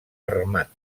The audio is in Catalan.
armat